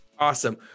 Awesome